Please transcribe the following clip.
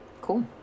cool